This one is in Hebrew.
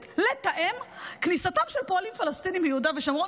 לתאם את כניסתם של פועלים פלסטינים מיהודה ושומרון,